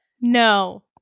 no